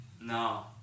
No